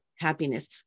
happiness